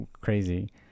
crazy